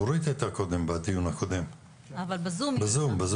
דורית הייתה בדיון הקודם, בזום.